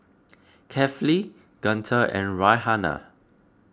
Kefli Guntur and Raihana